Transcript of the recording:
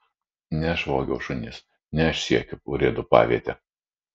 ne aš vogiau šunis ne aš siekiu urėdų paviete